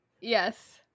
Yes